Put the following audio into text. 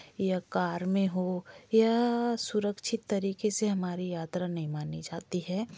या कार में हो या सुरक्षित तरीके से हमारी यात्रा नहीं मानी जाती है